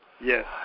Yes